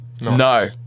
no